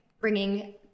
bringing